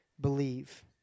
believe